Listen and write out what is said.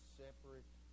separate